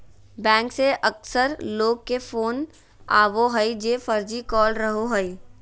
bank से अक्सर लोग के फोन आवो हइ जे फर्जी कॉल रहो हइ